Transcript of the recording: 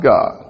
God